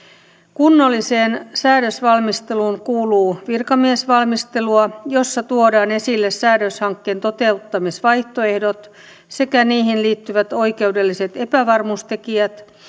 kunnolliseen säädösvalmisteluun kuuluu virkamiesvalmistelua jossa tuodaan esille säädöshankkeen toteuttamisvaihtoehdot sekä niihin liittyvät oikeudelliset epävarmuustekijät